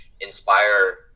inspire